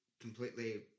completely